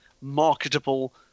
marketable